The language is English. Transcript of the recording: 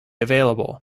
available